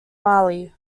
mali